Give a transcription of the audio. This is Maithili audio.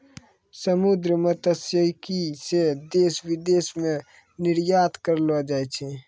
समुन्द्री मत्स्यिकी से देश विदेश मे निरयात करलो जाय छै